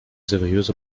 seriöse